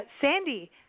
Sandy